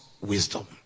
wisdom